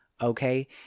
okay